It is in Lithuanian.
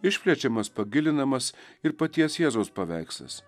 išplečiamas pagilinamas ir paties jėzaus paveikslas